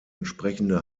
entsprechende